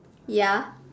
ya